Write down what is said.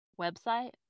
website